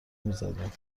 میزدیم